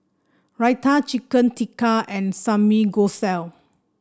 Raita Chicken Tikka and Samgyeopsal